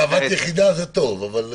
גאוות יחידה זה טוב.